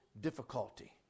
difficulty